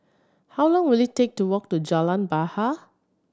how long will it take to walk to Jalan Bahar